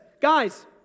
Guys